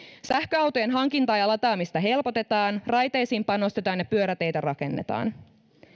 sähköautojen hankintaa ja lataamista helpotetaan raiteisiin panostetaan ja pyöräteitä rakennetaan